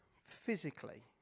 physically